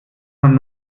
man